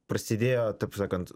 prasidėjo taip sakant